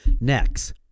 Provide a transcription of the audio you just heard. Next